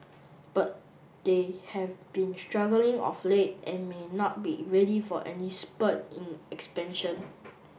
but they have been struggling of late and may not be ready for any spurt in expansion